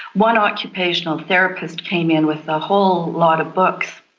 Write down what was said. one occupational therapist came in with a whole lot of books,